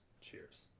cheers